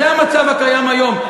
זה המצב שקיים היום.